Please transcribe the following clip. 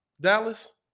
Dallas